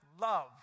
love